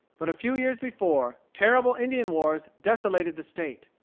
but a few years before, terrible indian wars desolated the state.